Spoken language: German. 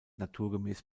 naturgemäß